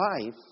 Life